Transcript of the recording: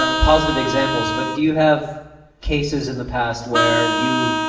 ah positive examples, but do you have cases in the past where you